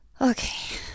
Okay